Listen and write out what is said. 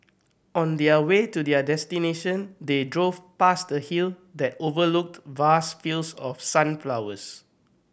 on their way to their destination they drove past a hill that overlooked vast fields of sunflowers